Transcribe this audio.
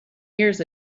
years